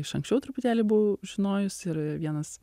iš anksčiau truputėlį buvau žinojus ir vienas